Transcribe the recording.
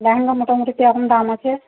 লেহেঙ্গা মোটামুটি কীরকম দাম আছে